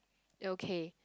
okay